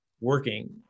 Working